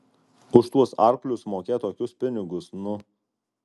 už tuos arklius mokėt tokius pinigus nu